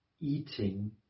eating